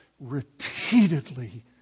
repeatedly